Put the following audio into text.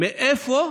מאיפה,